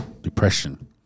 Depression